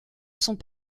sont